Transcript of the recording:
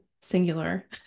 singular